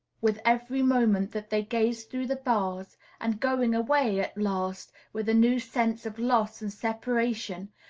with every moment that they gaze through the bars and going away, at last, with a new sense of loss and separation,